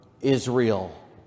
Israel